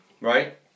Right